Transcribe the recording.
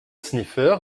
sniffer